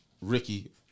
Ricky